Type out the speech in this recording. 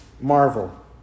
marvel